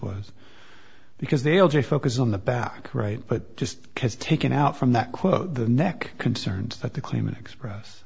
was because they all just focus on the back right but just taken out from that quote the neck concerns but the claimant express